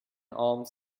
alms